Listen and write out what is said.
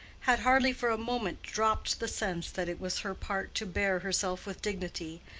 had hardly for a moment dropped the sense that it was her part to bear herself with dignity,